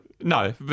No